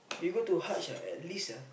you go to Haj ah at least ah